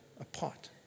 apart